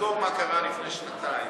תזכור מה קרה לפני שנתיים,